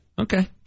Okay